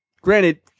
Granted